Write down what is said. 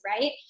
right